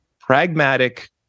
pragmatic